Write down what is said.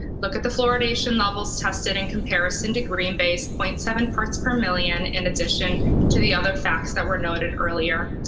look at the fluoridation levels tested in comparison to green base zero point seven parts per million. in addition to the other facts that were noted earlier.